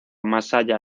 masaya